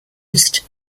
used